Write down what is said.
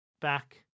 back